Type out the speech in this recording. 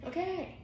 Okay